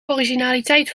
originaliteit